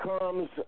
comes